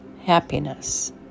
happiness